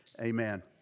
amen